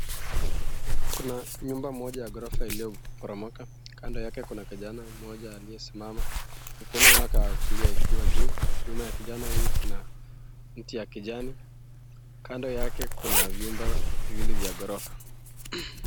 Kuna nyumba moja ya gorofa iliyo boromoka, kando yake kuna kijana mmoja aliyesimama mkono yake ya kulia ikiwa juu. Nyuma ya kijana huyu kuna mti ya kijani, kando yake kuna vyumba viwili vya gorofa.